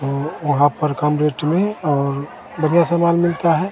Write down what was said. और वहाँ पर कम रेट में और बढ़िया सामान मिलता है